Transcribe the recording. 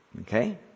Okay